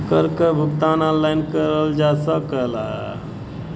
कर क भुगतान ऑनलाइन करल जा सकला